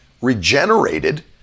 regenerated